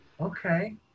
Okay